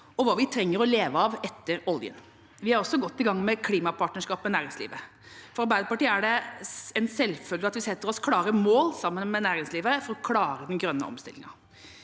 og hva vi trenger å leve av etter oljen. Vi er også godt i gang med klimapartnerskap med næringslivet. For Arbeiderpartiet er det en selvfølge at vi setter oss klare mål sammen med næringslivet for å klare den grønne omstillingen.